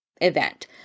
event